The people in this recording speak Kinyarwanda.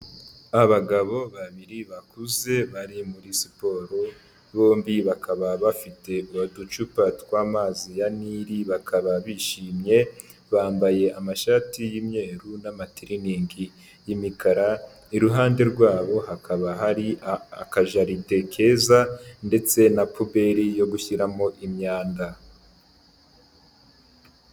Abagabo babiri bakuze bari muri siporo bombi bakaba bafite uducupa twa'amazi ya nile bakaba bishimye bambaye amashati y'imyeru n'amatiriningi y'imikara iruhande rwabo hakaba hari akajaride keza ndetse na poubeli yo gushyiramo imyanda.